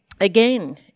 again